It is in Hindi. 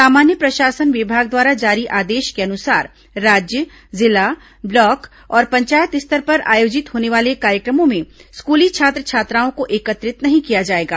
सामान्य प्रशासन विभाग द्वारा जारी आदेश के अनुसार राज्य जिला ब्लॉक और पंचायत स्तर पर आयोजित होने वाले कार्यक्रमों में स्कूली छात्र छात्राओं को एकत्रित नहीं किया जाएगा